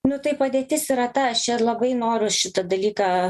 nu tai padėtis yra ta aš čia labai noriu šitą dalyką